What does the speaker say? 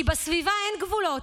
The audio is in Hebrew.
כי בסביבה אין גבולות,